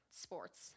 sports